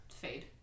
Fade